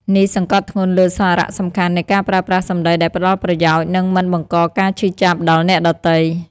នេះសង្កត់ធ្ងន់លើសារៈសំខាន់នៃការប្រើប្រាស់សម្ដីដែលផ្ដល់ប្រយោជន៍ និងមិនបង្កការឈឺចាប់ដល់អ្នកដទៃ។